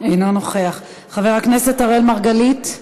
אינו נוכח, חבר הכנסת אראל מרגלית,